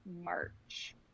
March